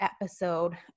episode